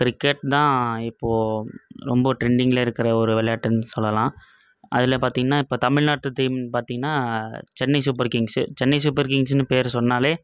cricket தான் இப்போ ரொம்ப ட்ரெண்டிங்கில் இருக்கிற ஒரு விளயாட்டுன்னு சொல்லலாம் அதில் பார்த்திங்கனா இப்போ தமிழ்நாட்டு தீம் பார்த்திங்கனா Chennai super kings Chennai super கிங்ஸுன்னு பேரை சொன்னாலே